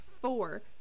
four